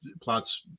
plots